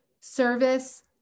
Service